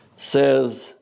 says